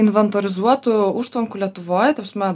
inventorizuotų užtvankų lietuvoj ta prasme